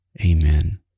Amen